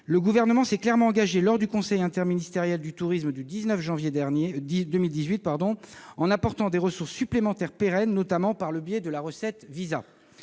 le Gouvernement s'est clairement engagé, lors du conseil interministériel du tourisme du 19 janvier 2018, en apportant des ressources supplémentaires pérennes, notamment par le biais de la recette « visas